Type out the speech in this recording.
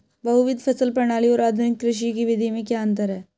बहुविध फसल प्रणाली और आधुनिक कृषि की विधि में क्या अंतर है?